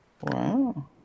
Wow